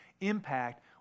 impact